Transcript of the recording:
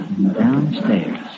downstairs